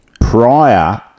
prior